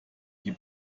die